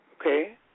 okay